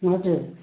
हजुर